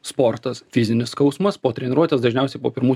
sportas fizinis skausmas po treniruotės dažniausiai po pirmų